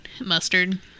mustard